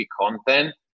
content